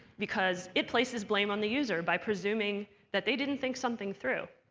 because it places blame on the user by presuming that they didn't think something through.